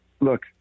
Look